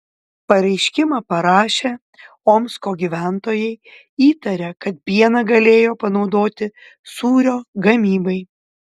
pareiškimą parašę omsko gyventojai įtaria kad pieną galėjo panaudoti sūrio gamybai